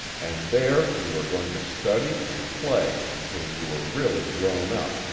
and there you are going to study and play until you are really grown up,